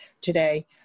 today